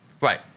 Right